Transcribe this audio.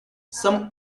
some